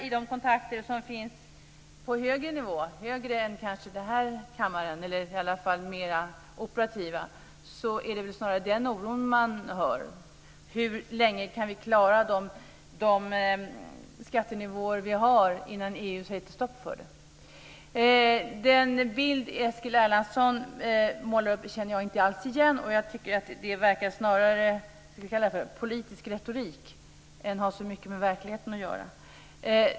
I de kontakter som finns på högre nivå - högre än den här kammaren, eller i alla fall mer operativ - är det snarare den oron som man hör om. Hur länge kan vi klara de skattenivåer som vi har innan EU sätter stopp för dem? Den bild som Eskil Erlandsson målar upp känner jag inte alls igen. Jag tycker att det snarare verkar vara politisk retorik än att ha så mycket med verkligheten att göra.